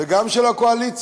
וגם של הקואליציה;